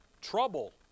Trouble